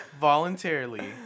voluntarily